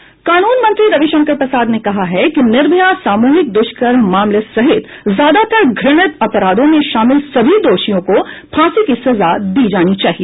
कानून मंत्री रविशंकर प्रसाद ने कहा है कि निर्भया सामूहिक द्रष्कर्म मामले सहित ज्यादातर घृणित अपराधों में शामिल सभी दोषियों को फांसी की सजा दी जानी चाहिए